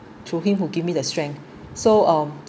through him who give me the strength so um